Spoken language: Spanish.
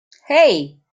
hey